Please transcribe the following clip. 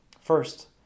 First